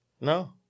no